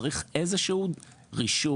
צריך איזה שהוא רישום,